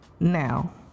now